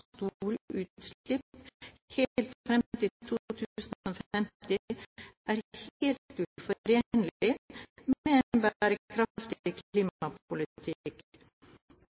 helt uforenlig med en bærekraftig